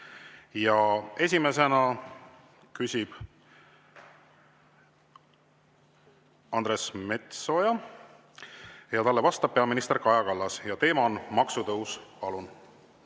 Esimesena küsib Andres Metsoja ja talle vastab peaminister Kaja Kallas. Teema on maksutõus. Palun!